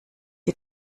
die